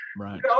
right